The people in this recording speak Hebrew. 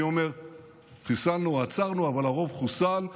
אני אומר חיסלנו, עצרנו, אבל הרוב חוסל.